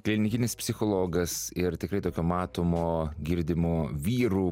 klinikinis psichologas ir tikrai tokio matomo girdimo vyrų